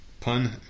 Pun